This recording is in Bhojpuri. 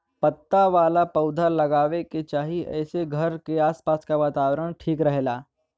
पत्ता वाला पौधा लगावे के चाही एसे घर के आस पास के वातावरण ठीक रहेला